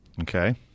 okay